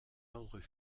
ordres